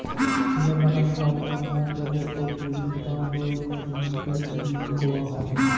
সিমের নাকান ফল বা নানান জাতের সবজিক সাধারণত ইংরাজিত ফিল্ড বীন কওয়া হয়